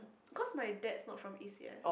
cause my dad's not from A_C_S